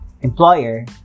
employer